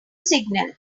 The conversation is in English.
signal